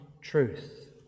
truth